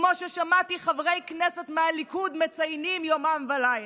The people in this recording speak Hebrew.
כמו ששמעתי חברי כנסת מהליכוד מציינים יומם ולילה.